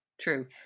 True